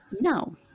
No